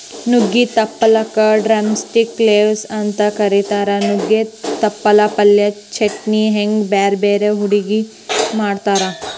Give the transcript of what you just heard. ನುಗ್ಗಿ ತಪ್ಪಲಕ drumstick leaves ಅಂತ ಕರೇತಾರ, ನುಗ್ಗೆ ತಪ್ಪಲ ಪಲ್ಯ, ಚಟ್ನಿ ಹಿಂಗ್ ಬ್ಯಾರ್ಬ್ಯಾರೇ ಅಡುಗಿ ಮಾಡ್ತಾರ